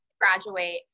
graduate